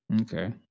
Okay